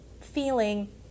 feeling